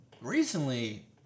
Recently